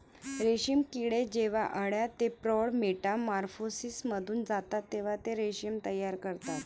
रेशीम किडे जेव्हा अळ्या ते प्रौढ मेटामॉर्फोसिसमधून जातात तेव्हा ते रेशीम तयार करतात